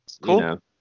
Cool